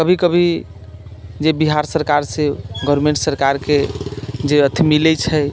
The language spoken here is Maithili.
कभी कभी जे बिहार सरकार से गवर्नमेन्ट सरकारके जे अथि मिलै छै